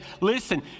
Listen